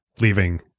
leaving